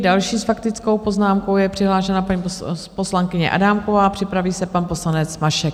Další s faktickou poznámkou je přihlášena paní poslankyně Adámková, připraví se pan poslanec Mašek.